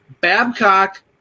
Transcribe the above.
Babcock